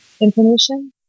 information